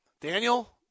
Daniel